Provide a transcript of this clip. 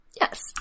Yes